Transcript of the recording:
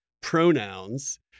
pronouns